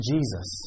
Jesus